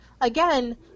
Again